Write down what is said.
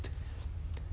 that's why I think